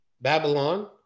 Babylon